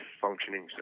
functioning